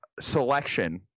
selection